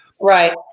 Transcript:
Right